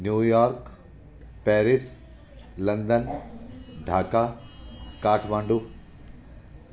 New York Paris London Dhaka Kathmandu